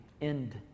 end